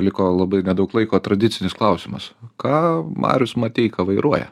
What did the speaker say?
liko labai nedaug laiko tradicinis klausimas ką marius mateika vairuoja